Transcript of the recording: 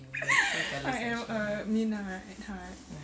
I am a minah at heart